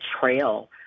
trail